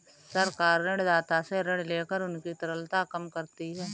सरकार ऋणदाता से ऋण लेकर उनकी तरलता कम करती है